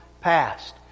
past